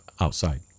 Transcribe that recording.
outside